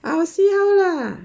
I will see how lah